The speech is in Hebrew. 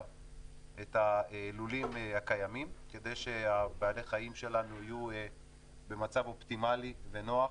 את הלולים הקיימים כדי שבעלי החיים שלנו יהיו במצב אופטימלי ונוח,